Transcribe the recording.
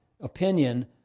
opinion